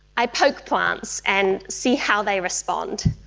i poke plants and see how they respond.